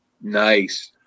Nice